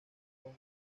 con